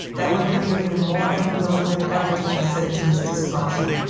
that would render him more unwilling than ever to consent to his destruction,